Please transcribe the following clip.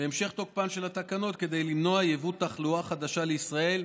בהמשך תוקפן של התקנות כדי למנוע יבוא תחלואה חדשה לישראל,